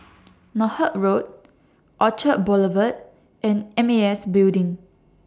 Northolt Road Orchard Boulevard and M A S Building